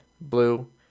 blue